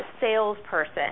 salesperson